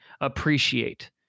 appreciate